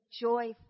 joyful